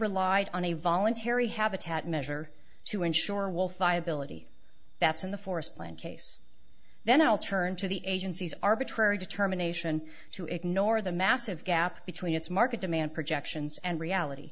relied on a voluntary habitat measure to ensure wolf i ability that's in the forest plan case then i'll turn to the agencies arbitrary determination to ignore the massive gap between its market demand projections and reality